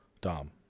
Dom